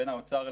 בין האוצר,